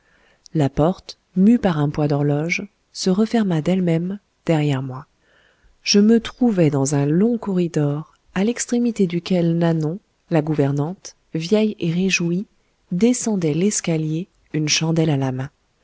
la porte mue par un poids d'horloge se referma d'elle-même derrière moi je me trouvai dans un long corridor à l'extrémité duquel nanon la gouvernante vieille et réjouie descendait l'escalier une chandelle à la main